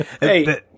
hey